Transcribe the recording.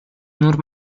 nur